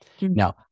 Now